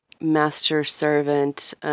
master-servant